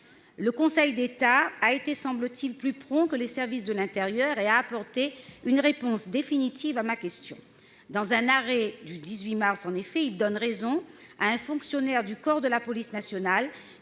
Le Conseil d'État a été, semble-t-il, plus prompt que les services de l'intérieur en apportant une réponse définitive à ma question. Dans un arrêt du 18 mars dernier, il donne raison à un fonctionnaire du corps de la police nationale